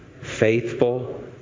faithful